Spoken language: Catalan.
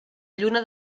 lluna